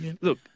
Look